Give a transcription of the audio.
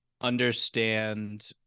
understand